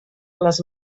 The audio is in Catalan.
les